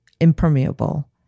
impermeable